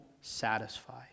satisfy